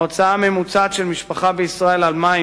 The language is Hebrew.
ההוצאה הממוצעת של משפחה בישראל על מים,